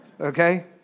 okay